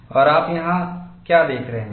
और आप यहाँ क्या देख रहे हो